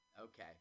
Okay